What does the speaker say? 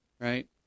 Right